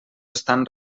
estan